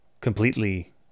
completely